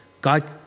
God